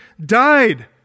died